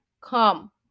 Come